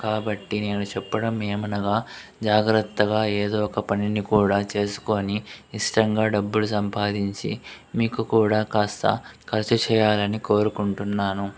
కాబట్టి నేను చెప్పడం ఏమనగా జాగ్రత్తగా ఏదో ఒక పనిని కూడా చేసుకొని ఇష్టంగా డబ్బులు సంపాదించి మీకు కూడా కాస్త ఖర్చు చేయాలని కోరుకుంటున్నాను